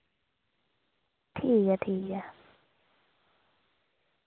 ठीक ऐ ठीक ऐ